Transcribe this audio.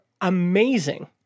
amazing